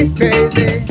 crazy